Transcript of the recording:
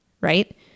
right